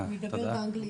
(מדבר באנגלית,